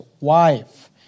wife